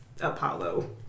Apollo